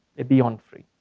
it beyond free.